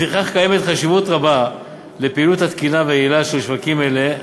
לפיכך קיימת חשיבות רבה לפעילות התקינה והיעילה של שווקים אלה,